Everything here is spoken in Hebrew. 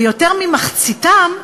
ויותר ממחציתם,